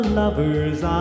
lover's